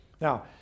Now